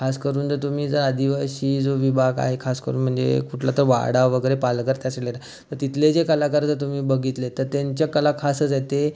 खास करून जंंर तुम्ही जर जो आदिवासी जो विभाग आहे खास करून म्हणजे कुठलंं तर वाडा वगैरे पालघर त्या साइडला तिथले जे कलाकार जर तुम्ही बघितले तर त्यांच्या कला खासच आहेत ते